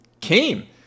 came